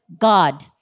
God